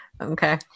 Okay